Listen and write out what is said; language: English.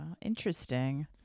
interesting